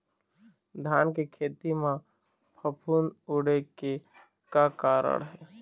धान के खेती म फफूंद उड़े के का कारण हे?